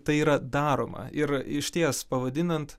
tai yra daroma ir išties pavadinant